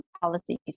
policies